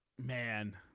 man